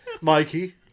Mikey